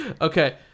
Okay